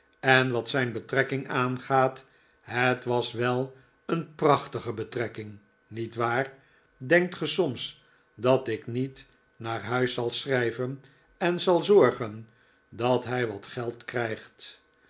en wat zijn betrekking aangaat het was wel een prachtige betrekking niet waar denkt ge soms dat ik niet naar huis zal schrijven en zal zorgen dat hij wat geld krijgt